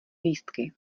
lístky